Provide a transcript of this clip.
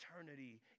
eternity